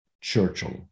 Churchill